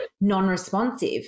non-responsive